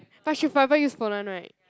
but she forever use phone [one] [right]